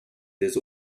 this